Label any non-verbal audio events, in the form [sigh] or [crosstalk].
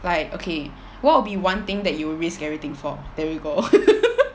like okay what would be one thing that you will risk everything for there you go [laughs]